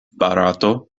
barato